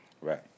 Right